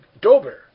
dober